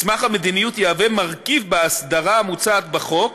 מסמך המדיניות יהיה מרכיב באסדרה המוצעת בחוק,